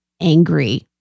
angry